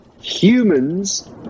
humans